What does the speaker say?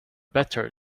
better